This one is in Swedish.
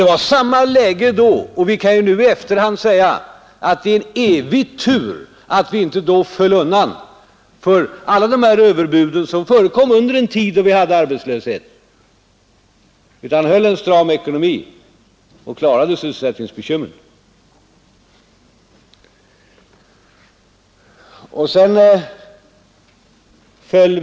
Det var samma läge då, och vi kan nu i efterhand säga att det var en evig tur att vi då inte föll undan för alla de överbud som förekom under den tid när vi hade arbetslöshet utan höll en stram ekonomi och klarade sysselsättningsbekymren.